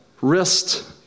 wrist